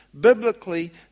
Biblically